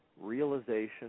realization